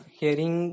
hearing